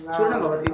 चूर्णं भवति